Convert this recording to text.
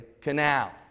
Canal